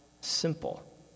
simple